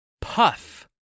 Puff